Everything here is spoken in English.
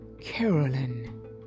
Carolyn